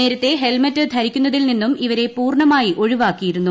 നേരത്തെ ഹെൽമറ്റ് ധരിക്കുന്നതിൽ നിന്നും ഇവരെ പൂർണമായി ഒഴിവാക്കിയിരുന്നു